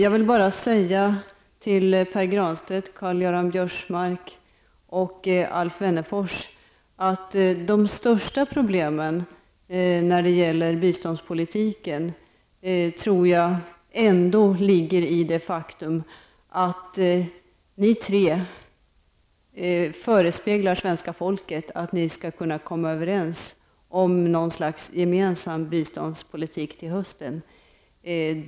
Jag vill säga till Pär Granstedt, Karl-Göran Biörsmark och Alf Wennerfors, att de största problemen när det gäller biståndspolitiken ligger i det faktum att ni tre förespeglar svenska folket att ni skall vara överens om någon slags gemensam biståndspolitik till hösten.